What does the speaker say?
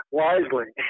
wisely